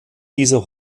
diese